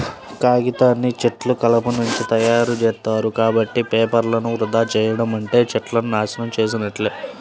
కాగితాన్ని చెట్ల కలపనుంచి తయ్యారుజేత్తారు, కాబట్టి పేపర్లను వృధా చెయ్యడం అంటే చెట్లను నాశనం చేసున్నట్లే